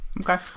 Okay